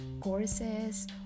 courses